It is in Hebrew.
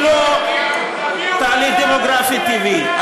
היא לא תהליך דמוגרפי טבעי,